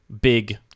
big